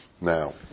Now